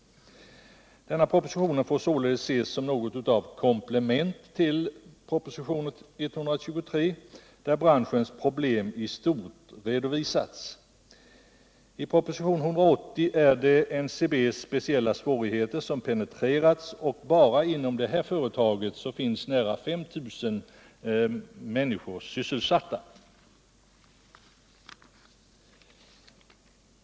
Denna proposition får således ses som något av ett komplement till propositionen 123, där branschens problem i stort har redovisats. I propositionen 180 är det NCB:s speciella svårigheter som penetreras, och bara inom det företaget finns nära 5 000 människor sysselsatta.